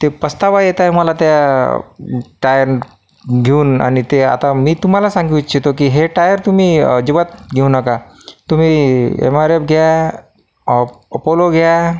ते पस्तावा येत आहे मला त्या टायर घेऊन आणि ते आता मी तुम्हाला सांगू इच्छितो की हे टायर तुम्ही अजिबात घेऊ नका तुम्ही एम आर एफचे घ्या अपोलो घ्या